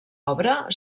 obra